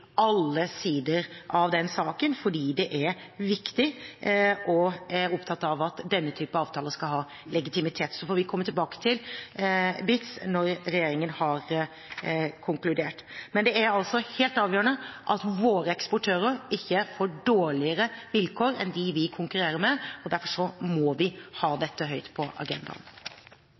alle sider av den saken – fordi det er viktig, og vi er opptatt av at denne type avtaler skal ha legitimitet. Så får vi komme tilbake til BITs når regjeringen har konkludert. Men det er altså helt avgjørende at våre eksportører ikke får dårligere vilkår enn de som vi konkurrerer med. Derfor må vi ha dette høyt på agendaen.